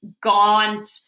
gaunt